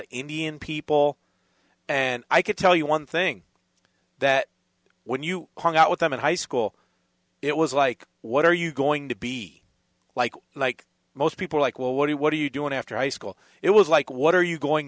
of indian people and i could tell you one thing that when you hung out with them in high school it was like what are you going to be like like most people like what what do you do when after high school it was like what are you going